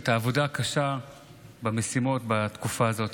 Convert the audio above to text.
העבודה הקשה במשימות בתקופה הזאת.